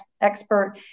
expert